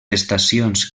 estacions